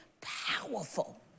powerful